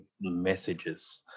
messages